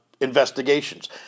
investigations